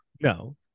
No